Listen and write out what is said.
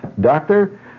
Doctor